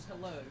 hello